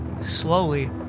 slowly